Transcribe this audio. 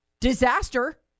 Disaster